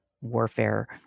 warfare